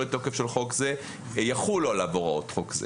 לתוקף של חוק זה יחולו עליו הוראות חוק זה.